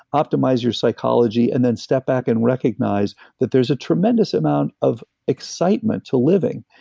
optimize your psychology, and then step back and recognize that there's a tremendous amount of excitement to living,